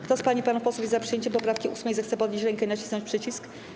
Kto z pań i panów posłów jest za przyjęciem poprawki 8., zechce podnieść rękę i nacisnąć przycisk.